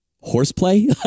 horseplay